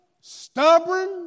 stubborn